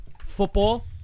Football